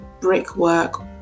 brickwork